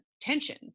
tension